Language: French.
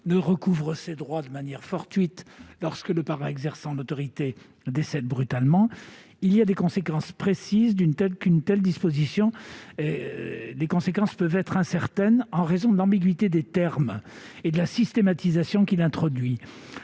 ne recouvre ses droits de manière fortuite, lorsque le parent exerçant l'autorité décède brutalement, les conséquences d'une telle disposition peuvent être incertaines en raison de l'ambiguïté des termes et de la systématisation qu'elle introduit.